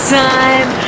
time